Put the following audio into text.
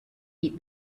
eat